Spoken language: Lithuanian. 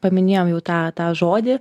paminėjom jau tą tą žodį